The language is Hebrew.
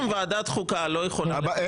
אם ועדת החוקה לא יכולה, להקים עוד ועדה.